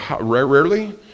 Rarely